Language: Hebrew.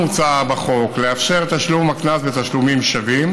מוצע בחוק לאפשר תשלום הקנס בתשלומים שווים